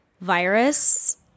virus